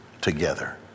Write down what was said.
together